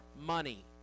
money